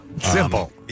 Simple